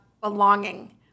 belonging